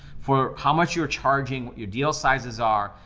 for how much you're charging, what your deal sizes are.